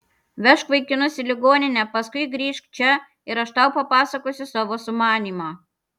vežk vaikinus į ligoninę paskui grįžk čia ir aš tau papasakosiu savo sumanymą